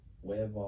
wherever